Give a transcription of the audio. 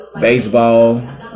Baseball